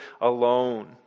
alone